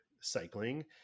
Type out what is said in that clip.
cycling